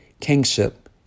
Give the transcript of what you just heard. kingship